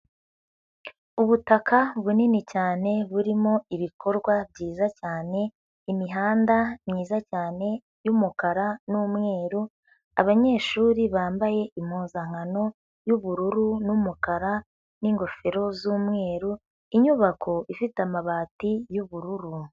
Ubutaka bunini cyane burimo ibikorwa byiza cyane, imihanda myiza cyane y'umukara n'umweru, abanyeshuri bambaye impuzankano y'ubururu n'umukara n'ingofero z'umweru, inyubako ifite amabati y'ubururu.